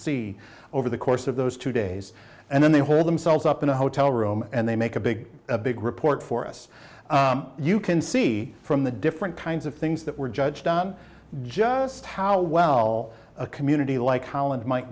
see over the course of those two days and then they hold themselves up in a hotel room and they make a big a big report for us you can see from the different kinds of things that we're judged on just how well a community like holland might